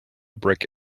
brick